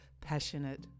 passionate